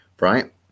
right